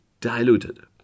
diluted